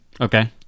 Okay